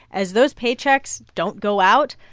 as those paychecks don't go out,